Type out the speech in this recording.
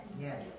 Yes